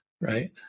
Right